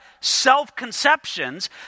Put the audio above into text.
self-conceptions